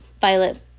Violet